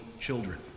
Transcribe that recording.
children